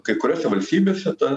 kai kuriose valstybėse ta